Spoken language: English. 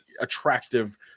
attractive